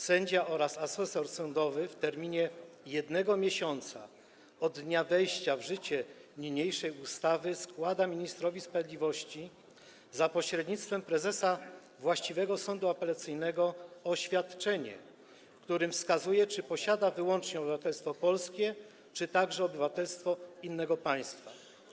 Sędzia oraz asesor sądowy, w terminie jednego miesiąca od dnia wejścia w życie niniejszej ustawy, składa ministrowi sprawiedliwości, za pośrednictwem prezesa właściwego sądu apelacyjnego, oświadczenie, w którym wskazuje, czy posiada wyłącznie obywatelstwo polskie, czy także obywatelstwo innego państwa.